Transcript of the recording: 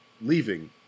leaving